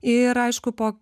ir aišku po